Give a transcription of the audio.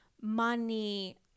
money